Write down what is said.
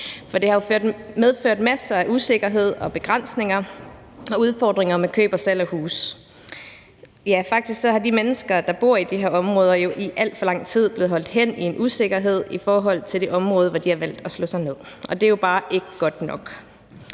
år. Det har jo medført masser af usikkerhed og begrænsninger og udfordringer med køb og salg af huse. Ja, faktisk er de mennesker, der bor i de her områder, jo i al for lang tid blevet holdt hen i en usikkerhed i forhold til det område, hvor de har valgt at slå sig ned. Og det er jo bare ikke godt nok.